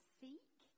seek